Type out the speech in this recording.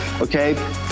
okay